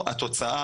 לא הכל טוב.